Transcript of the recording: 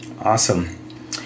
Awesome